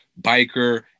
biker